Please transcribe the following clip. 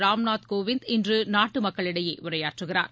ராம்நாத் கோவிந்த் இன்று நாட்டு மக்களிடையே உரையாற்றுகிறார்